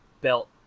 belt